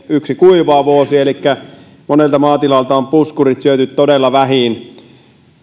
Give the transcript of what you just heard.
yksi kuiva vuosi elikkä monelta maatilalta on puskurit syöty todella vähiin